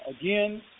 again